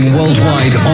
worldwide